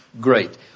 great